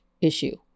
issue